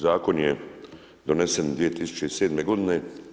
Zakon je donesen 2007. godine.